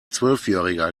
zwölfjähriger